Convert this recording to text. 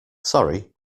sorry